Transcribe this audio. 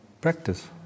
practice